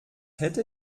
hätte